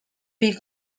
peak